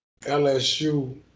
LSU